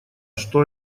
что